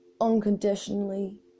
unconditionally